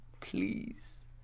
Please